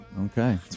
Okay